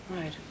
Right